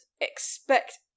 expect